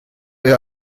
eher